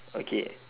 okay